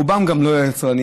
רובם גם לא יצרנים,